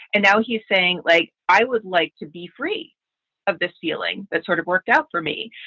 and now he's saying, like, i would like to be free of this feeling that sort of worked out for me.